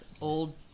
old